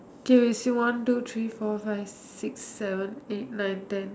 okay still one two three four five six seven eight nine ten